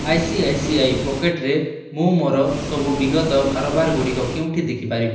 I C I C I ପକେଟରେ ମୁଁ ମୋର ସବୁ ବିଗତ କାରବାର ଗୁଡ଼ିକ କେଉଁଠି ଦେଖି ପାରିବି